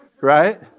right